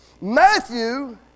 Matthew